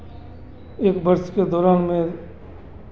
एक वर्ष के दौरान में